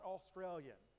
Australian